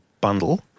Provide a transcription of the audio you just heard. bundle